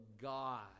God